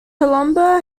colombo